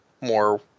more